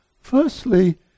Firstly